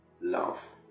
Love